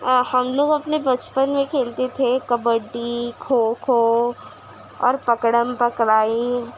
ہم لوگ اپنے بچپن میں کھیلتے تھے کبڈی کھوکھو اور پکڑم پکڑائی